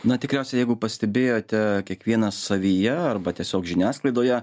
na tikriausiai jeigu pastebėjote kiekvienas savyje arba tiesiog žiniasklaidoje